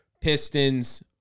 Pistons